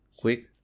quick